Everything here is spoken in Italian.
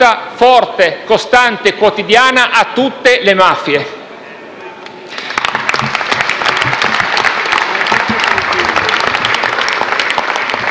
forte, costante e quotidiana a tutte le mafie.